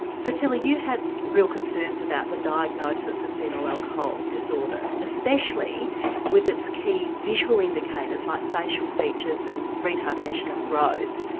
priscilla, you have real concerns about the diagnosis of foetal alcohol disorder especially with its key visual indicators like facial features and retardation of growth.